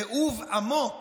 תיעוב עמוק